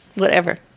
whatever.